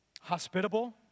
hospitable